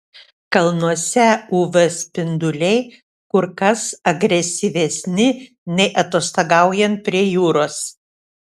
kalnuose uv spinduliai kur kas agresyvesni nei atostogaujant prie jūros